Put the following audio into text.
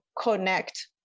connect